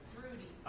groody? aye.